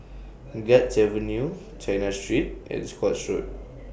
Guards Avenue China Street and Scotts Road